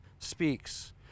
speaks